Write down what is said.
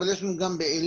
אבל יש לנו גם בעלי,